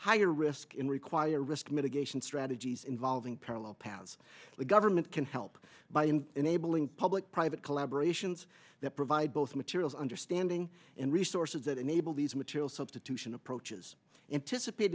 higher risk in require risk mitigation strategies involving parallel paths the government can help by and enabling public private collaboration's that provide both materials understanding and resources that enable these materials substitution approaches anticipate